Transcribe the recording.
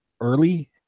early